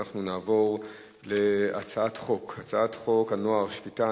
אנחנו עוברים להצעת חוק הנוער (שפיטה,